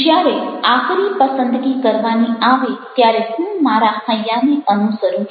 જ્યારે આકરી પસંદગી કરવાની આવે ત્યારે હું મારા હૈયાને અનુસરું છું